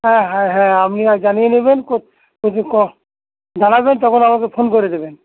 হ্যাঁ হ্যাঁ হ্যাঁ আপনি আর জানিয়ে নেবেন কোত কোথায় কখ জানাবেন তখন আমাকে ফোন করে দেবেন